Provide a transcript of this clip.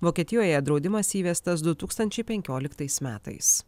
vokietijoje draudimas įvestas du tūkstančiai penkioliktais metais